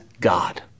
God